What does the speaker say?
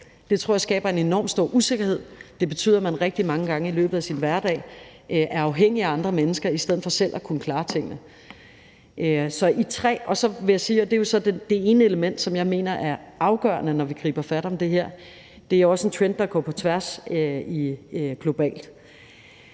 det tror jeg skaber en enormt stor usikkerhed; det betyder, at man rigtig mange gange i løbet af sin hverdag er afhængig af andre mennesker i stedet for selv at kunne klare tingene. Så vil jeg jo sige, at det er det ene element, som jeg mener er afgørende, når vi griber fat om det her, og det er også en trend, der går på tværs globalt.